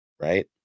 right